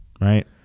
Right